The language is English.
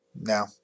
Now